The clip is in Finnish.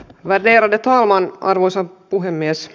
värderade talman arvoisa puhemies